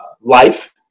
life